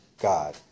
God